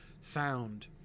Found